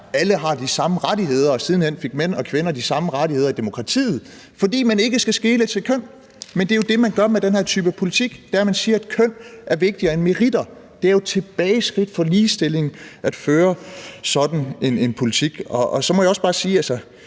alle har de samme rettigheder, og siden hen fik mænd og kvinder de samme rettigheder i demokratiet, fordi man ikke skal skele til køn. Men det er jo det, man gør med den her type politik, hvor man siger, at køn er vigtigere end meritter. Det er jo et tilbageskridt for ligestillingen at føre sådan en politik. Så må jeg også bare sige, at